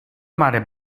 mare